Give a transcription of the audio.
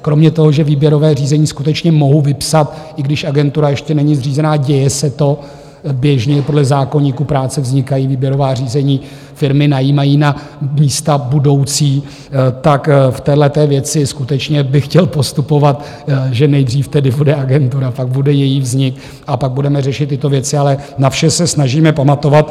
Kromě toho, že výběrové řízení skutečně mohu vypsat, i když agentura ještě není zřízena, a děje se to, běžně podle zákoníku práce vznikají výběrová řízení, firmy najímají na místa budoucí, tak v téhle věci skutečně bych chtěl postupovat, že nejdřív tedy bude agentura, pak bude její vznik a pak budeme řešit tyto věci, ale na vše se snažíme pamatovat.